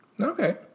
Okay